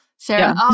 Sarah